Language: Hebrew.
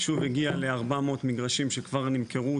הישוב הגיע ל-400 מגרשים שכבר נמכרו,